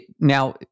Now